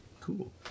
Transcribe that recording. Cool